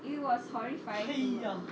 it was horrifying